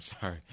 sorry